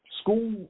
school